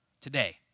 today